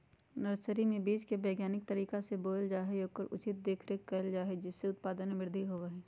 nursery में बीज के वैज्ञानिक तरीका से बोयल जा हई और ओकर उचित देखरेख कइल जा हई जिससे उत्पादन में वृद्धि होबा हई